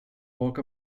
walk